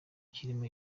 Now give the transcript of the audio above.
kirimo